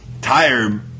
tired